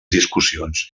discussions